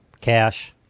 cash